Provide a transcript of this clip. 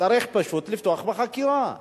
צריך פשוט לפתוח בחקירה.